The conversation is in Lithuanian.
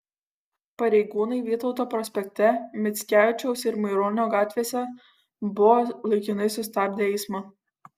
pareigūnai vytauto prospekte mickevičiaus ir maironio gatvėse buvo laikinai sustabdę eismą